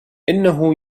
إنه